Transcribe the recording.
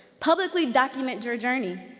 publicly document your journey.